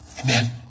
amen